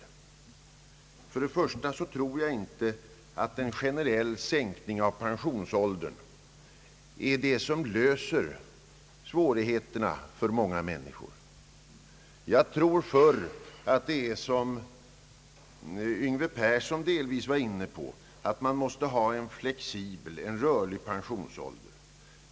Till att börja med tror jag inte att en generell sänkning av pensionsåldern är det som löser svårigheterna för många åldrande människor. Jag tror snarare att det är som herr Yngve Persson delvis var inne på, nämligen att man måste ha en flexibel pensionsålder.